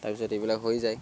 তাৰপিছত এইবিলাক হৈ যায়